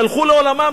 שהלכו לעולמם,